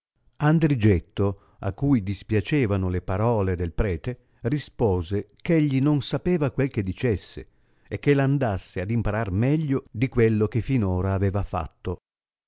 andrigetto a cui dispiacevano le parole del prete rispose eh egli non sapeva quel che dicesse e che andasse ad imparar meglio di quello che fin ora aveva fatto